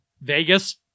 Vegas